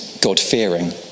God-fearing